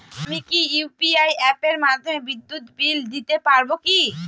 আমি কি ইউ.পি.আই অ্যাপের মাধ্যমে বিদ্যুৎ বিল দিতে পারবো কি?